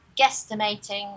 guesstimating